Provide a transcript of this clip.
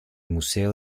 museo